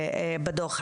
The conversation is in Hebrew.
בדוח,